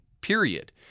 period